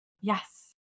Yes